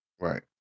Right